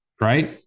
Right